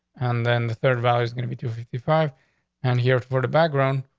and then the third valley is gonna be to fifty five and here for the background.